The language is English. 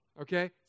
okay